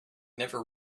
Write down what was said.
never